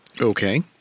Okay